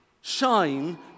Shine